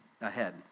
ahead